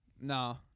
no